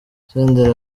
senderi